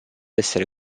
essere